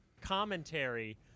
commentary